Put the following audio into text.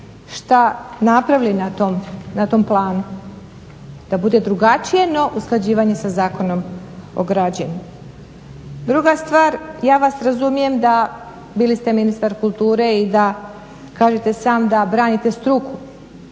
što napravili na tom planu da bude drugačije no usklađivanje sa Zakonom o građenju? Druga stvar, ja vas razumijem da bili ste ministar kulture i da kažete sam da branite struku,